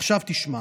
עכשיו, תשמע.